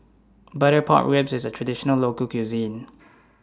Butter Pork Ribs IS A Traditional Local Cuisine